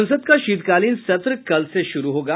संसद का शीतकालीन सत्र कल से शुरू होगा